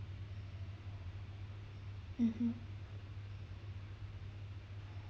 mmhmm